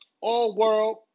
all-world